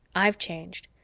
i've changed,